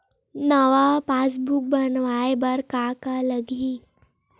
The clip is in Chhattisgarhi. नवा पासबुक बनवाय बर का का लगही?